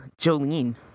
Jolene